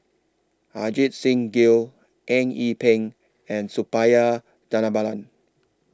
Ajit Singh Gill Eng Yee Peng and Suppiah Dhanabalan